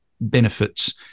benefits